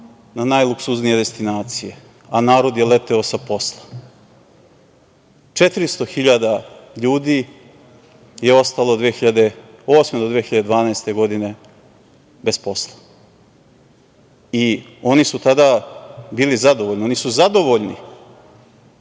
na najluksuznije destinacije, a narod je leteo sa posla - 400 hiljada ljudi je ostalo od 2008. do 2012. godine bez posla. Oni su tada bili zadovoljni. Oni su zadovoljni